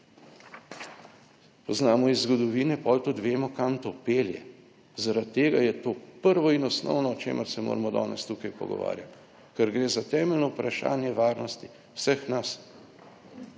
poznamo iz zgodovine, potem tudi vemo kam to pelje. Zaradi tega je to prvo in osnovno o čemer se moramo danes tukaj pogovarjati, ker gre za temeljno vprašanje varnosti vseh nas